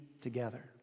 together